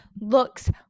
looks